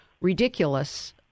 ridiculous